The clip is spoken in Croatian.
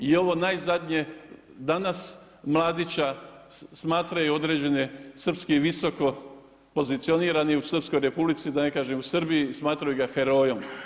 I ovo najzadnje danas Mladića smatraju određeni srpski visoko pozicionirani u Srpskoj Republici da ne kažem Srbiji smatraju ga herojom.